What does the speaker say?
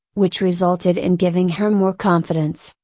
which resulted in giving her more confidence,